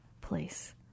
place